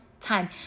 time